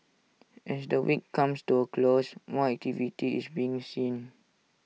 as the week comes to A close more activity is being seen